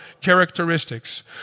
characteristics